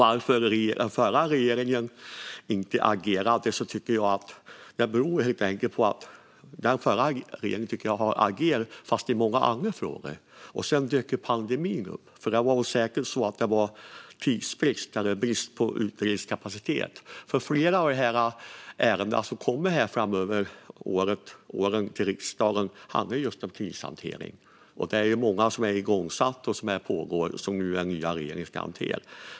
Att den förra regeringen inte agerade tror jag helt enkelt beror på att den agerade i många andra frågor, och sedan dök pandemin upp. Det handlade säkert om tidsbrist och brist på utredningskapacitet. Flera ärenden som kommer till riksdagen framöver handlar just om krishantering. Många utredningar är igångsatta och pågår som nu den nya regeringen ska hantera.